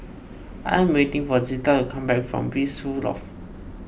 I am waiting for Zita to come back from Blissful Loft